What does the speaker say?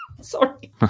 Sorry